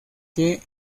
que